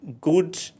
good